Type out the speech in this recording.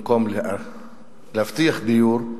במקום להבטיח דיור,